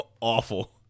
awful